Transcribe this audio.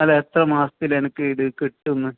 അല്ല എത്രാം മാസത്തിൽ എനിക്ക് ഇത് കിട്ടും എന്ന്